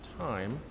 time